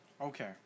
Okay